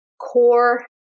core